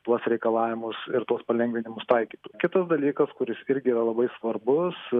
tuos reikalavimus ir tuos palengvinimus taikytų kitas dalykas kuris irgi yra labai svarbus